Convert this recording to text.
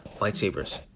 lightsabers